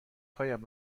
هایم